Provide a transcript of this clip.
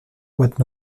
boîtes